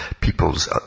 people's